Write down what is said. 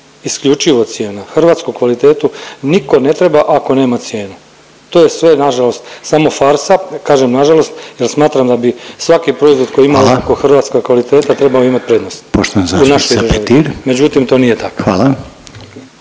isključivo cijena. Hrvatsku kvalitetu nitko ne treba ako nema cijenu, to je sve nažalost samo farsa, kažem nažalost jer smatram da bi svaki proizvod… …/Upadica Reiner: Hvala./… …koji ima oznaku hrvatska kvaliteta